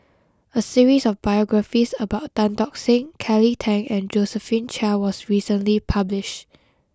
a series of biographies about Tan Tock Seng Kelly Tang and Josephine Chia was recently published